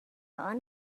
hon